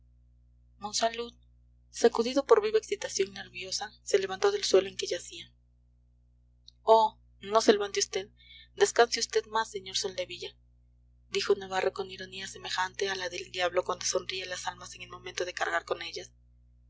monsalud sacudido por viva excitación nerviosa se levantó del suelo en que yacía oh no se levante vd descanse vd más sr soldevilla dijo navarro con ironía semejante a la del diablo cuando sonríe a las almas en el momento de cargar con ellas